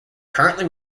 currently